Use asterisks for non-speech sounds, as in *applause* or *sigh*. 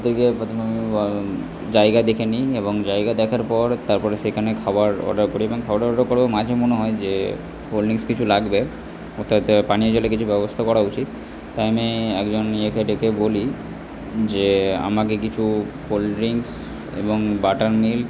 *unintelligible* গিয়ে প্রথমে *unintelligible* জায়গা দেখেনি এবং জায়গা দেখার পর তারপরে সেখানে খাবার অর্ডার করি এবং খাবার অর্ডার করার মাঝে মনে হয় যে কোল্ড ড্রিঙ্কস কিছু লাগবে তাতে পানীয় জলের কিছু ব্যবস্থা করা উচিত তাই আমি একজন ইয়েকে ডেকে বলি যে আমাকে কিছু কোল্ড ড্রিঙ্কস এবং বাটার মিল্ক